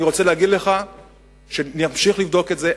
אני רוצה להגיד לך שנמשיך לבדוק את זה,